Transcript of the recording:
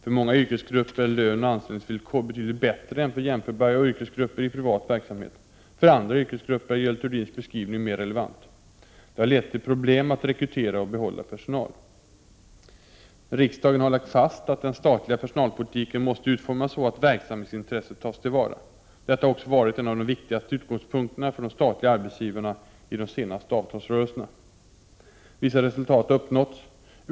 För många yrkesgrupper är lön och anställningsvillkor betydligt bättre än för jämförbara yrkesgrupper i privat verksamhet. För andra yrkesgrupper är Görel Thurdins beskrivning mer relevant. Detta har lett till problem att rekrytera och behålla personal. Riksdagen har lagt fast att den statliga personalpolitiken måste utformas så att verksamhetsintresset tas till vara. Detta har också varit en av de viktigaste utgångspunkterna för de statliga arbetsgivarna i de senaste avtalsrörelserna. Vissa resultat har uppnåtts.